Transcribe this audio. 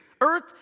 Earth